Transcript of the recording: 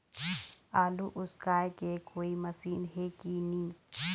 आलू उसकाय के कोई मशीन हे कि नी?